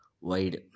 wide